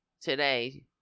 today